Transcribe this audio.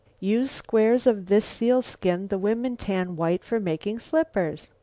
use squares of this sealskin the women tan white for making slippers.